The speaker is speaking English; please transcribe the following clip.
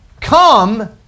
Come